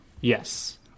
Yes